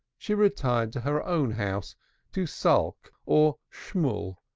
she retired to her own house to sulk or schmull,